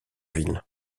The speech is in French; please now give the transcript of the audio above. ville